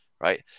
right